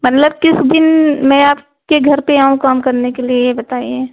मतलब किस दिन मैं आपके घर पर आऊँ काम करने के लिए यह बताइए